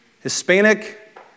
Hispanic